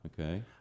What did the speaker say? okay